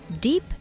deep